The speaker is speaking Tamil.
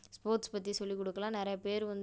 ஸ்போர்ட்ஸ் பற்றி சொல்லிக் கொடுக்கலாம் நிறையாப் பேர் வந்து